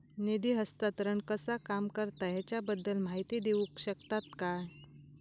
निधी हस्तांतरण कसा काम करता ह्याच्या बद्दल माहिती दिउक शकतात काय?